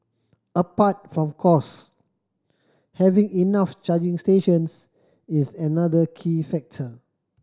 apart from cost having enough charging stations is another key factor